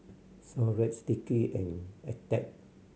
Xorex Sticky and Attack